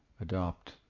adopt